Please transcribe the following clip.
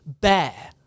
Bear